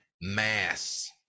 mass